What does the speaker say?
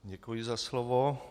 Děkuji za slovo.